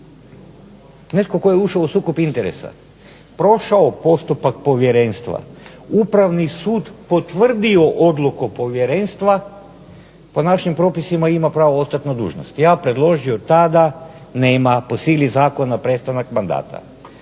Netko tko je ušao u sukob interesa, prošao postupak povjerenstva, Upravni sud potvrdio odluku povjerenstva po našim propisima ima pravo ostat na dužnosti. Ja predložio tada, nema, po sili zakona prestanak mandata.